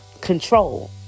control